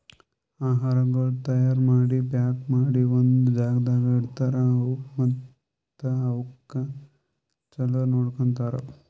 ಆಹಾರಗೊಳ್ ತೈಯಾರ್ ಮಾಡಿ, ಪ್ಯಾಕ್ ಮಾಡಿ ಒಂದ್ ಜಾಗದಾಗ್ ಇಡ್ತಾರ್ ಮತ್ತ ಅವುಕ್ ಚಲೋ ನೋಡ್ಕೋತಾರ್